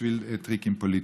בשביל טריקים פוליטיים.